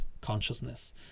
consciousness